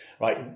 right